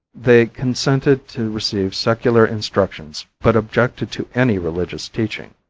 they consented to receive secular instructions but objected to any religious teaching.